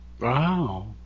Wow